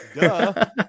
Duh